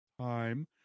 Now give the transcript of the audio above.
time